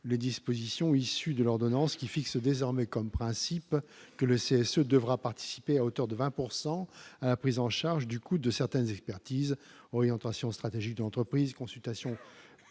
le disposition issues de l'ordonnance qui fixe désormais comme principe que le CSA devra participer à hauteur de 20 pourcent à la prise en charge du coût de certaines expertises orientations stratégiques d'entreprise consultations ponctuelles